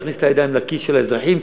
להכניס את הידיים לכיס של האזרחים,